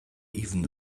even